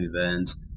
events